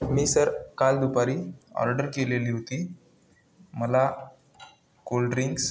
मी sir काल दुपारी order केलेली होती मला कोल्ड्रिंक्स